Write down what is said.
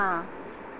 ਹਾਂ